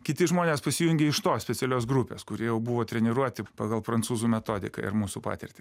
kiti žmonės pasijungė iš tos specialios grupės kurie jau buvo treniruoti pagal prancūzų metodiką ir mūsų patirtį